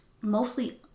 mostly